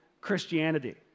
Christianity